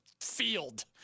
field